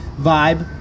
vibe